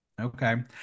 Okay